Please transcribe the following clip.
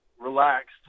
relaxed